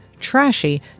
TRASHY